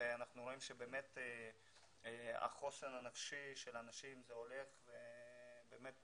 ואנחנו רואים שהחוסן הנפשי של אנשים יורד ויורד,